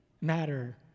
matter